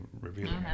revealing